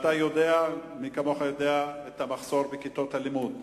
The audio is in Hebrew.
מי כמוך יודע את המחסור בכיתות הלימוד,